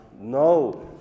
No